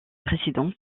précédente